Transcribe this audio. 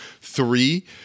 three